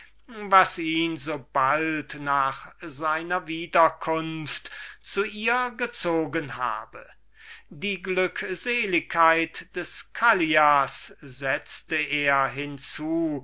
was ihn so bald nach seiner wiederkunft zu ihr gezogen habe die glückseligkeit des callias